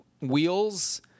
wheels